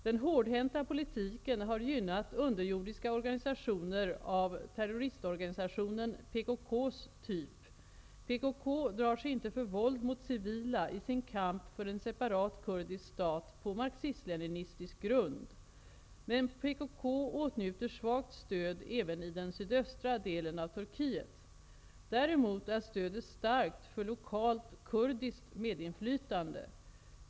Den hårdhänta politiken har gynnat underjordiska organisationer av terroristorganisationen PKK:s typ. PKK drar sig inte för våld mot civila i sin kamp för en separat kurdisk stat på marxist-leninistisk grund. Men PKK åtnjuter svagt stöd även i den sydöstra delen av Turkiet. Däremot är stödet starkt för lokalt kurdiskt medinflytande.